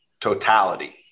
totality